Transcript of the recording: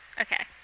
Okay